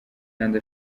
kandi